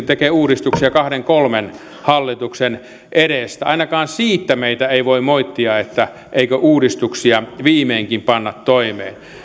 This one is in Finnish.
tekee uudistuksia kahden kolmen hallituksen edestä ainakaan siitä meitä ei voi moittia etteikö uudistuksia viimeinkin pantaisi toimeen